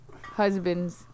husbands